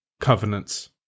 covenants